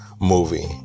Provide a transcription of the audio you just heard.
movie